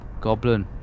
goblin